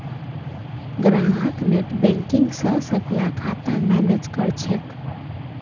ग्राहक नेटबैंकिंग स सबला खाता मैनेज कर छेक